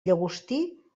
llagostí